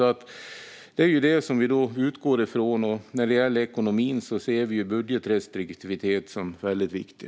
Det är vad vi utgår ifrån, När det gäller ekonomin ser vi budgetrestriktivitet som väldigt viktig.